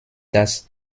das